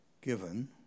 given